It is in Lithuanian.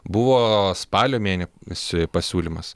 buvo spalio mėnesį pasiūlymas